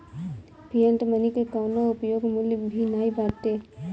fiat money के कवनो उपयोग मूल्य भी नाइ बाटे